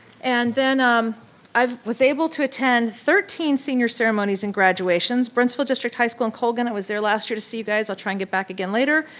and then um i was able to attend thirteenth senior ceremonies and graduations, brentsville district high school and colgan i was there last year to see you guys, i'll try and get back again later.